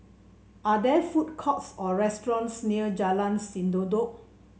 are there food courts or restaurants near Jalan Sendudok